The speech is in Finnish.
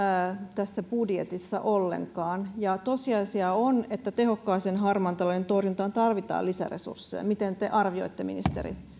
tässä budjetissa ollenkaan ja tosiasia on että tehokkaaseen harmaan talouden torjuntaan tarvitaan lisäresursseja miten te arvioitte ministeri